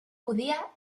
judía